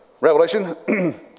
Revelation